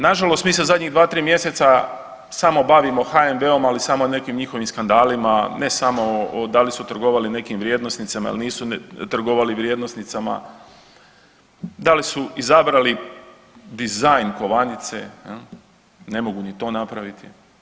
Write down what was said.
Nažalost mi se zadnjih 2, 3 mjeseca samo bavimo HNB-om, ali samo nekim njihovim skandalima, ne samo da li su trgovali nekim vrijednosnicama ili nisu trgovali vrijednosnicama, da li su izabrali dizajn kovanice, ne mogu ni to napraviti.